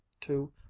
two